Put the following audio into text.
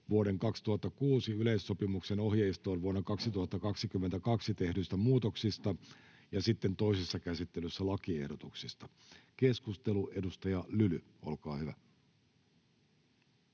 vuoden 2006 yleissopimuksen ohjeistoon vuonna 2022 tehdyistä muutoksista ja sitten toisessa käsittelyssä lakiehdotuksista. — Keskustelu, edustaja Lyly, olkaa hyvä.